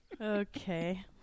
Okay